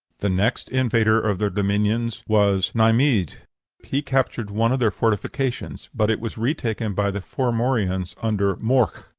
the next invader of their dominions was neimhidh he captured one of their fortifications, but it was retaken by the formorians under morc.